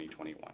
2021